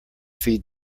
feed